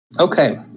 Okay